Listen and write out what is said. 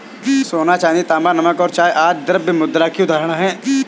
सोना, चांदी, तांबा, नमक और चाय आदि द्रव्य मुद्रा की उदाहरण हैं